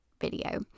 video